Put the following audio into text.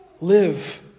Live